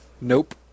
Nope